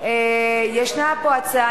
ישנה פה הצעה,